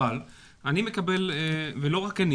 אבל יש בי ולא רק אני